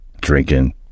drinking